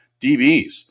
DBs